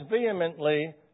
vehemently